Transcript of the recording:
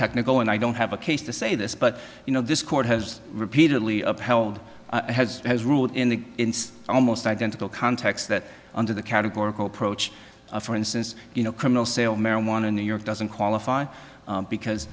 technical and i don't have a case to say this but you know this court has repeatedly upheld as has ruled in the inst almost identical context that under the categorical approach for instance you know criminal sale marijuana in new york doesn't qualify because